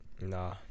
Nah